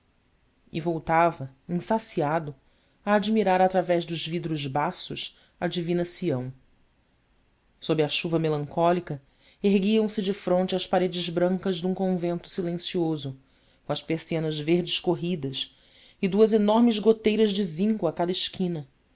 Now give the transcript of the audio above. e voltava insaciado a admirar através dos vidros baços a divina sião sob a chuva melancólica erguiam-se defronte as paredes brancas de um convento silencioso com as persianas verdes corridas e duas enormes goteiras de zinco a cada esquina